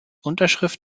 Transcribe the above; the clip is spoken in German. unterschrift